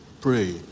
pray